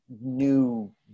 new